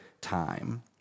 time